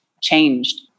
changed